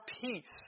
peace